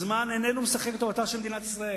הזמן איננו משחק לטובתה של מדינת ישראל.